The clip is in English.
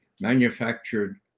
manufactured